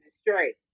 straight